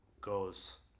goes